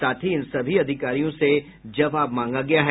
साथ ही इन सभी अधिकारियों से जवाब मांगा गया है